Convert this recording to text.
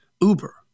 Uber